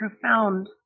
profound